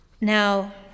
Now